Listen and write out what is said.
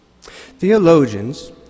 Theologians